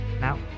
Now